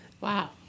Wow